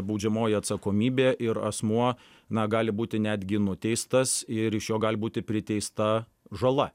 baudžiamoji atsakomybė ir asmuo na gali būti netgi nuteistas ir iš jo gali būti priteista žala